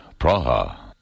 Praha